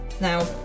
Now